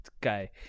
guy